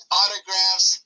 autographs